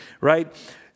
right